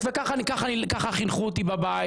ככה חינכו אותי בבית,